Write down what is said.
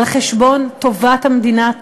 על חשבון טובת המדינה,